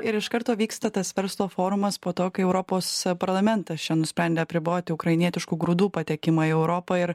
ir iš karto vyksta tas verslo forumas po to kai europos parlamentas čia nusprendė apriboti ukrainietiškų grūdų patekimą į europą ir